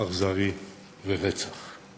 אכזרי, לרצח.